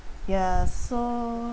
ya so